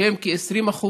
שהם כ-20%,